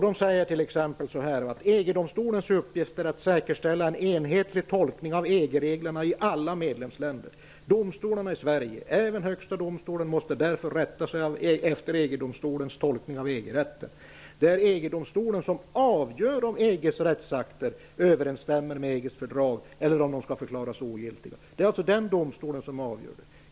Man säger t.ex. i nr 15/1993: EG-domstolens uppgift är att säkerställa en enhetlig tolkning av EG-reglerna i alla medlemsländer. Domstolarna i Sverige, även Högsta domstolen, måste därför rätta sig efter EG domstolens tolkning av EG-rätten. Det är EG domstolen som avgör om EG:s rättsakter överensstämmer med EG:s fördrag eller om de skall förklaras ogiltiga. Det är alltså EG-domstolen som avgör.